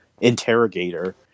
interrogator